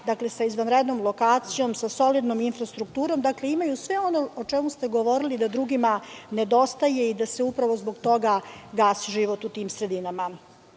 autoput sa izvanrednom lokacijom, sa solidnom infrastrukturom. Dakle, imaju sve ono o čemu ste govorili da drugima nedostaje i da se upravo zbog toga gasi život u tim sredinama.